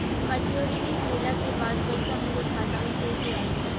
Maturity भईला के बाद पईसा हमरे खाता में कइसे आई?